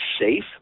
safe